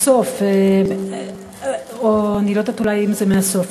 מהסוף, או אני לא יודעת אולי אם זה מהסוף: